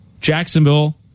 Jacksonville